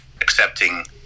accepting